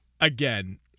again